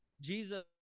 Jesus